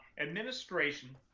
administration